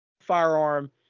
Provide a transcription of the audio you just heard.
firearm